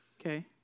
okay